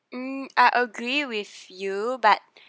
hmm I agree with you but